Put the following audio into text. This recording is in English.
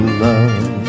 love